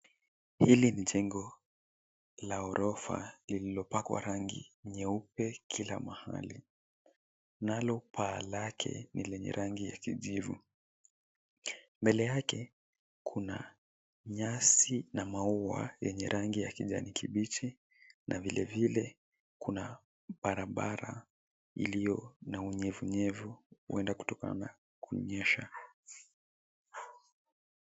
Hili ni jengo la ghorofa lililopakwa rangi nyeupe kila mahali nalo paa lake ni la rangi ya kijivu. Mbele yake kuna nyasi na maua yenye rangi ya kijani kibichi na vilevile kuna barabara iliyo na unyevunyevu, huenda kutokana na kunyesha.